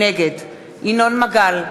נגד ינון מגל,